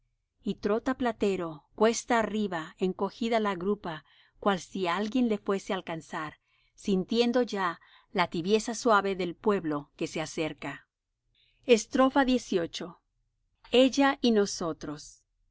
y trota platero cuesta arriba encogida la grupa cual si alguien le fuese á alcanzar sintiendo ya la tibieza suave del pueblo que se acerca xviii ella y nosotros